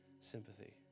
sympathy